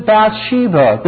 Bathsheba